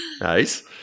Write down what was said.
Nice